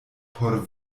por